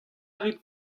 rit